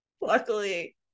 Luckily